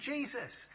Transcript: Jesus